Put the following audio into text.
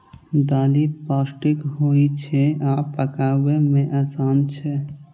दालि पौष्टिक होइ छै आ पकबै मे आसान छै